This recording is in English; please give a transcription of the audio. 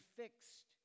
fixed